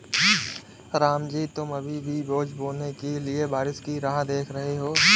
रामजी तुम अभी भी बीज बोने के लिए बारिश की राह देख रहे हो?